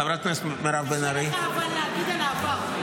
חברת הכנסת מירב בן ארי --- אבל קשה לך להגיד על העבר.